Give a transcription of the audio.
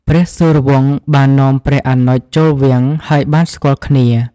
ព្រះសូរវង្សបាននាំព្រះអនុជចូលវាំង ហើយបានស្គាល់គ្នា។